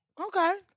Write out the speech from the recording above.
okay